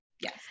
Yes